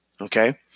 okay